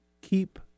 keep